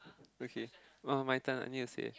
okay oh my turn I need to say